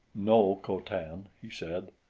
no, co-tan, he said,